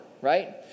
right